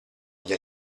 gli